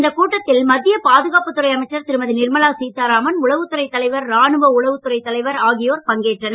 இந்த கூட்டத்தில் மத்திய பாதுகாப்புத்துறை அமைச்சர் திருமதி நிர்மலா சீதாராமன் உளவுத்துறை தலைவர் ராணுவ உளவுத்துறை தலைவர் ஆகியோர் பங்கேற்றனர்